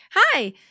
Hi